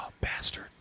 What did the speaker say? bastard